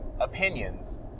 opinions